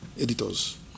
editors